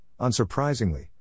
unsurprisingly